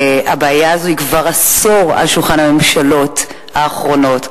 הבעיה הזו כבר עשור על שולחן הממשלות האחרונות,